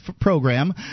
program